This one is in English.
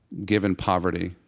given poverty,